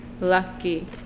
Lucky